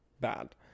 bad